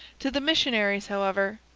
to the missionaries, however,